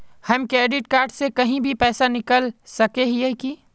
हम credit card से कहीं भी पैसा निकल सके हिये की?